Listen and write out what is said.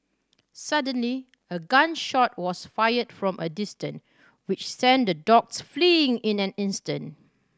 suddenly a gun shot was fired from a distant which sent the dogs fleeing in an instant